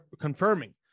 confirming